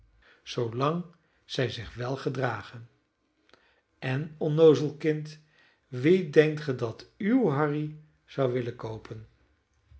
zoolang zij zich wèl gedragen en onnoozel kind wie denkt ge dat uw harry zou willen koopen